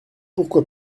pourquoi